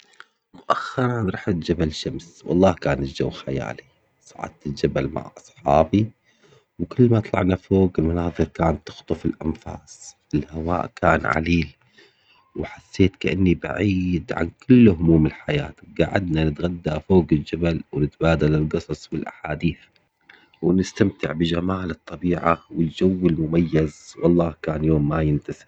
مؤخراً روحت جبل شمس والله كان الجو خيالي، صعدت للجبل مع أصحابي وكل ما طلعنا فوق المناظر كانت تخطف الأنفاس، الهواء كان عليل وحسيت كأني بعيد عن كل هموم الحياة، قعدنا نتغدا فوق الجبل ونتبادل القصص والأحاديث ونستمتع بجمال الطبيعة والجو المميز والله كان يوم ما ينتسى.